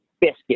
biscuit